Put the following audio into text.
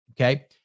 okay